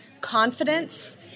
confidence